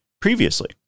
previously